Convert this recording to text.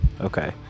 Okay